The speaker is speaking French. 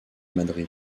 madrid